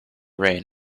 rain